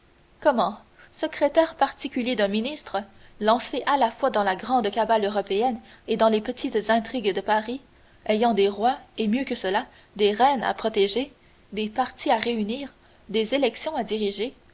comment secrétaire particulier d'un ministre lancé à la fois dans la grande cabale européenne et dans les petites intrigues de paris ayant des rois et mieux que cela des reines à protéger des partis à réunir des élections à diriger